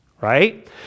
right